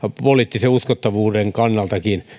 poliittisen uskottavuudenkin kannalta